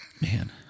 man